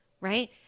right